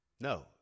No